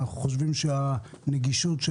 אנחנו חושבים שהנגישות של